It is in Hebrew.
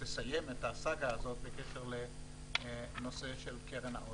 תסיים את הסאגה הזאת בנושא של קרן העושר.